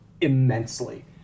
immensely